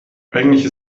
eigentlich